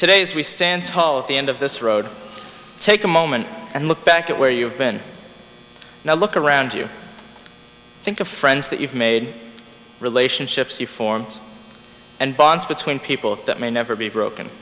today as we stand tall at the end of this road take a moment and look back at where you've been now look around you think of friends that you've made relationships you formed and bonds between people that may never be broken